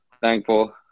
thankful